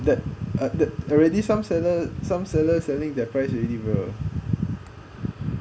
that ah that already some seller some sellers selling that price already bro